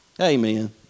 Amen